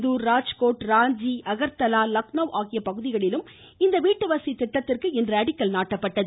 இந்தூர் ராஜ்கோட் ராஞ்சி அகர்தலா லக்னோ ஆகிய பகுதிகளிலும் இந்த வீட்டு வசதி திட்டத்திற்கு இன்று அடிக்கல் நாட்டப்பட்டது